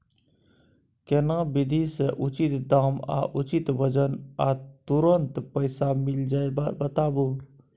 केना विधी से उचित दाम आ उचित वजन आ तुरंत पैसा मिल जाय बताबू?